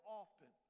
often